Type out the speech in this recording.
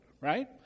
right